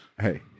Hey